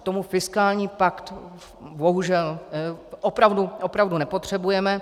K tomu fiskální pakt bohužel opravdu, opravdu nepotřebujeme.